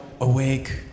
awake